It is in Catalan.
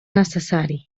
necessari